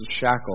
shackle